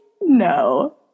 no